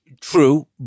True